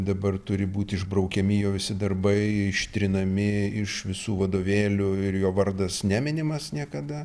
dabar turi būt išbraukiami jo visi darbai ištrinami iš visų vadovėlių ir jo vardas neminimas niekada